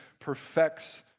perfects